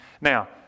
Now